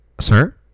Sir